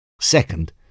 Second